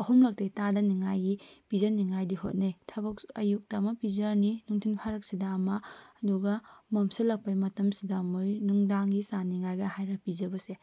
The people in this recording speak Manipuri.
ꯑꯍꯨꯝꯂꯛꯇꯤ ꯇꯥꯗꯅꯤꯡꯉꯥꯏꯒꯤ ꯄꯤꯖꯅꯤꯡꯉꯥꯏꯗꯤ ꯍꯣꯠꯅꯩ ꯊꯕꯛꯁꯨ ꯑꯌꯨꯛꯇ ꯑꯃ ꯄꯤꯖꯔꯅꯤ ꯅꯨꯡꯊꯤꯜ ꯐꯔꯛꯁꯤꯗ ꯑꯃ ꯑꯗꯨꯒ ꯃꯝꯁꯤꯟꯂꯛꯄꯒꯤ ꯃꯇꯝꯁꯤꯗ ꯃꯣꯏ ꯅꯨꯡꯗꯥꯡꯒꯤ ꯆꯥꯅꯤꯡꯉꯥꯏꯒ ꯍꯥꯏꯔꯒ ꯄꯤꯖꯕꯁꯦ